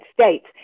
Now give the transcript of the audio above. states